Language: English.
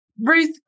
Ruth